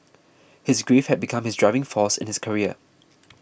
his grief had become his driving force in his career